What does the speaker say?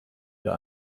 ihr